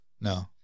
No